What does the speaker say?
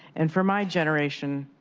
and for my generation,